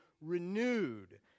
renewed